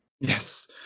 Yes